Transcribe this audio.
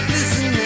Listen